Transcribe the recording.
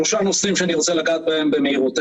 שלושה נושאים שאני רוצה לגעת בהם במהירות.